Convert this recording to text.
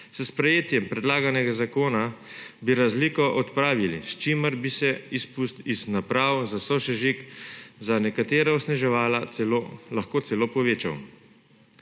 S sprejetjem predlaganega zakona bi razliko odpravili, s čimer bi se izpust iz naprav za sosežig za nekatera osneževala lahko celo povečal.